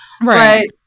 Right